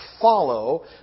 follow